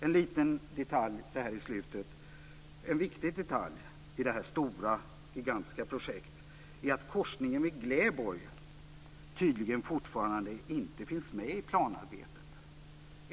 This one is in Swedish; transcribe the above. En liten, men viktig, detalj i detta stora, gigantiska projekt är att korsningen vid Gläborg tydligen fortfarande inte finns med i planarbetet.